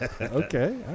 Okay